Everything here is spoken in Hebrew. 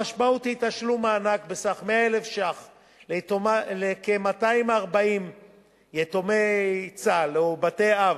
המשמעות היא תשלום מענק בסך 100,000 ש"ח לכ-240 יתומי צה"ל או בתי-אב,